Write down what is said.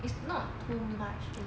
it's not much